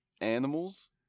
animals